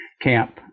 camp